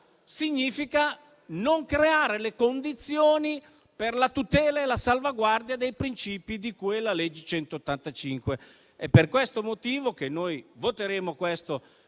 significa non creare le condizioni per la tutela e la salvaguardia dei principi di cui alla legge n. 185. È per questo motivo che voteremo a